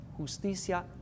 justicia